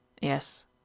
yes